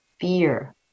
fear